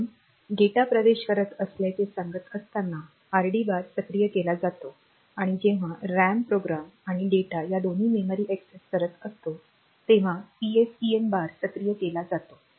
म्हणूनच डेटा प्रवेश करत असल्याचे सांगत असताना आरडी बार सक्रिय केला जातो आणि जेव्हा रॅम रॅम प्रोग्राम आणि डेटा या दोन्ही मेमरी एक्सेस करत असतो तेव्हा PSEN बार सक्रिय केला जातो